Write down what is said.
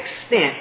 extent